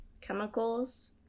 chemicals